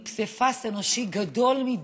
עם פסיפס אנושי גדול מדי,